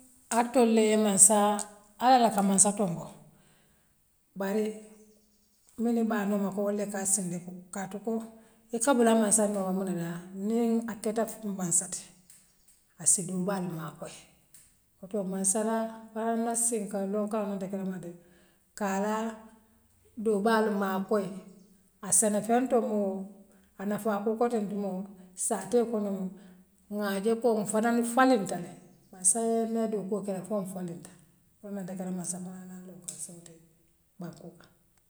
Atool lee mansaa allah laka mansa tool boŋ baree mini ibaa anoma fo wool lekaa sindi kaatu kuŋ ika bula mansaa torondoo dadaa niŋ aketa mansa ti assi doobaal maakoy wo too mansa laa woloŋ na siŋ kandoo kaŋo man nte kela mante kaa laanaŋ doo ba le maakoy assele feŋ to muŋ a nafaa fo kotenti muŋ saate ko ŋa muŋ ŋaa jee koo wo fanaŋ faliŋ tale mansayee naye dooko kele mfanŋo faliŋta woole ňoonta kela mansataa la dokoo donku assee woo kee.